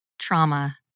Trauma